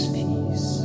peace